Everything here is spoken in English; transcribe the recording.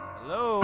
Hello